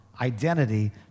identity